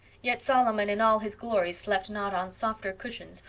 yet solomon in all his glory slept not on softer cushions,